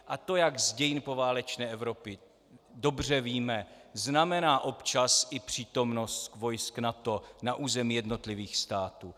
A to, jak z dějin poválečné Evropy dobře víme, znamená občas i přítomnost vojsk NATO na území jednotlivých států.